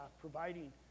providing